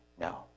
No